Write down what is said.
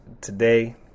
today